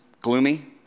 gloomy